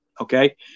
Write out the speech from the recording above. okay